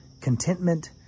contentment